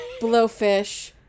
blowfish